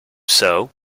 sew